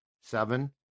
seven